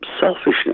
selfishness